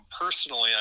Personally